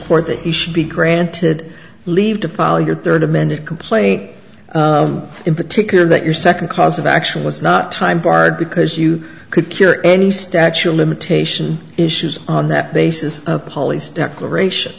court that she should be granted leave to follow your third amended complaint in particular that your second cause of action was not time barred because you could cure any statue of limitation issues on that basis of holies declaration